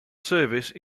service